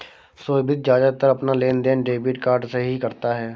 सोभित ज्यादातर अपना लेनदेन डेबिट कार्ड से ही करता है